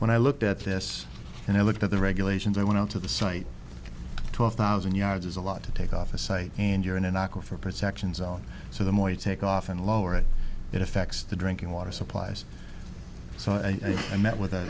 when i looked at this and i looked at the regulations i went out to the site twelve thousand yards is a lot to take off a site and you're in an aquifer protection zone so the more you take off and lie it affects the drinking water supplies so and i met with